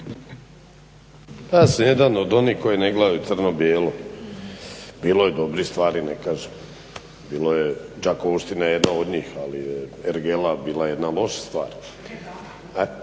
Ja sam jedan od onih koji ne gledaju crno-bijelo, bilo je dobrih stvari ne kažem. Bilo je Đakovština je jedna od njih, ali je ergela bila jedna loša stvar. Ali